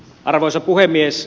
arvoisa puhemies